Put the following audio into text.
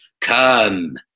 Come